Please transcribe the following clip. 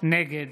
נגד